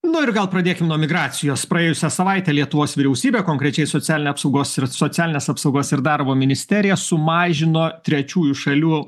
nu ir gal pradėkim nuo migracijos praėjusią savaitę lietuos vyriausybė konkrečiai socialinės apsaugos ir socialinės apsaugos ir darbo ministerija sumažino trečiųjų šalių